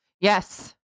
Yes